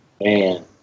Man